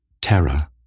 Terror